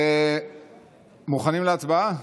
מוכנים להצבעה?